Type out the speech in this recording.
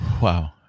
wow